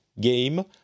game